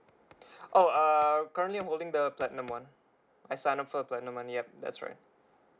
oh err currently I'm holding the platinum one I sign up for the platinum one yup that's right